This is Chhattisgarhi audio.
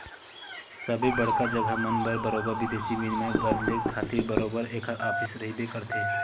सबे बड़का जघा मन म बरोबर बिदेसी बिनिमय बदले खातिर बरोबर ऐखर ऑफिस रहिबे करथे